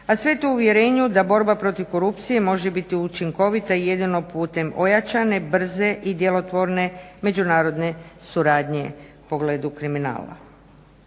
a sve to u uvjerenju da borba protiv korupcije može biti učinkovita i jedino putem ojačane brze i djelotvorne međunarodne suradnje u pogledu kriminala.